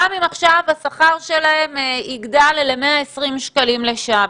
גם אם עכשיו השכר שלהם יגדל ל-120 שקלים לשעה,